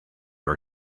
are